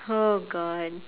oh god